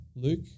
Luke